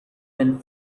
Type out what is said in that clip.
went